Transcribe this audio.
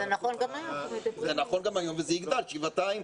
זה נכון גם היום וזה יגדל שבעתיים.